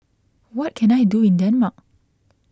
what can I do in Denmark